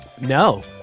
no